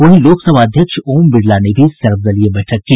वहीं लोकसभा अध्यक्ष ओम बिरला ने भी सर्वदलीय बैठक की